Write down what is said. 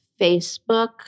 Facebook